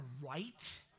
right